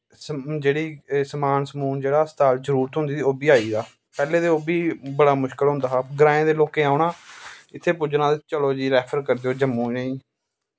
दून जेह्ड़ी समान समून जेह्ड़ा जरूरत होंदी ही ओह्बी आई दा पैह्ले ते ओह्बी बड़ा मुश्कल होंदा हा ग्राएं दे लोकें औना इत्थें पुज्जना ते चलो दी रैफ्पर करी देओ जम्मू इनेंई